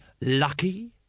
lucky